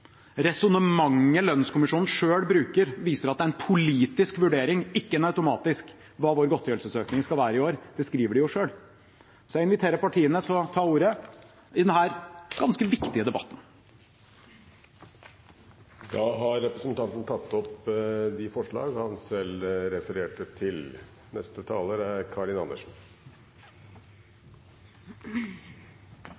Resonnementet lønnskommisjonen selv bruker, viser at det er en politisk vurdering, ikke en automatisk, hva vår godtgjørelsesøkning skal være i år. Det skriver de jo selv. Jeg inviterer partiene til å ta ordet i denne ganske viktige debatten. Representanten Snorre Serigstad Valen har tatt opp de forslagene han refererte til. Vi som sitter i denne salen, er